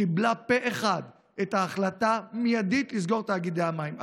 קיבלה פה אחד את ההחלטה לסגור את תאגידי המים מיידית.